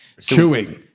Chewing